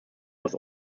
was